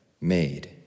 made